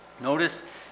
Notice